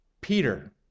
Peter